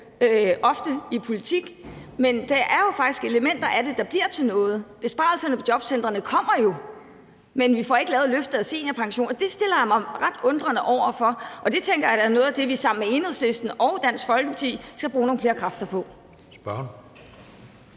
ofte i politik. Men der er faktisk elementer af det, der bliver til noget. Besparelserne på jobcentrene kommer jo, men vi får ikke lavet løftet af seniorpension, og det stiller jeg mig ret undrende over for. Og det tænker jeg da er noget af det, vi sammen med Enhedslisten og Dansk Folkeparti skal bruge nogle flere kræfter på.